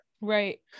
right